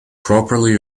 properly